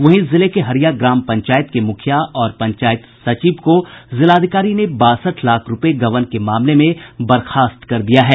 वहीं जिले के हरिया ग्राम पंचायत के मुखिया और पंचायत सचिव को जिलाधिकारी ने बासठ लाख रूपये गबन के मामले में बर्खास्त कर दिया है